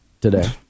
today